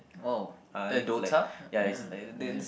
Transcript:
!wow! like Dota ya